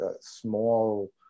small